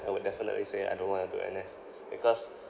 I would definitely say I don't want to go N_S because